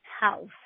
house